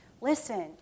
Listen